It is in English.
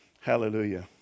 Hallelujah